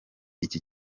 iki